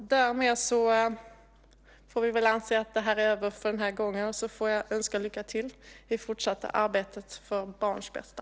Därmed får vi väl anse att debatten är över för den här gången, och jag får önska justitieministern lycka till i det fortsatta arbetet för barns bästa.